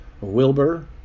Wilbur